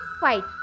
fight